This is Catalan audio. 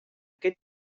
aquest